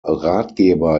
ratgeber